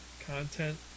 content